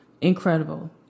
incredible